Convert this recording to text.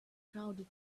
crowded